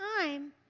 time